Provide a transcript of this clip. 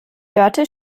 dörte